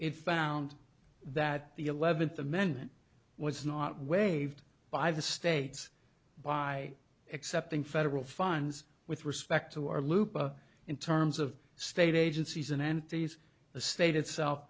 found that the eleventh amendment was not waived by the states by accepting federal funds with respect to our loop in terms of state agencies and entities the state itself